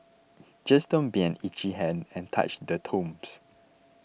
just don't be an itchy hand and touch the tombs